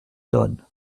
donne